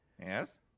Yes